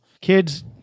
kids